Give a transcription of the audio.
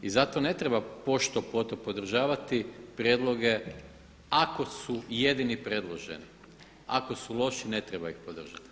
I zato ne treba pošto poto podržavati prijedloge ako su jedini predloženi, ako su loši ne treba ih podržati.